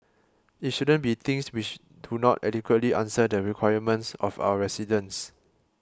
it shouldn't be things which do not adequately answer the requirements of our residents